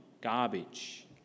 garbage